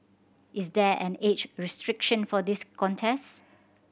is there an age restriction for this contest